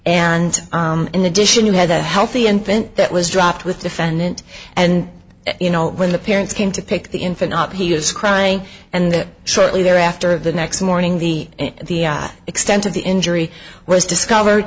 addition you had a healthy infant that was dropped with defendant and you know when the parents came to pick the infant up he was crying and shortly thereafter the next morning the the extent of the injury was discovered